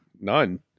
None